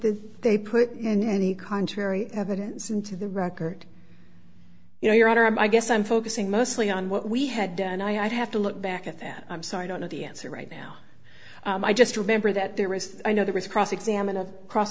they put in any contrary evidence into the record you know your honor i guess i'm focusing mostly on what we had done i'd have to look back at that i'm sorry i don't know the answer right now i just remember that there was i know there was cross examined on cross